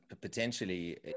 potentially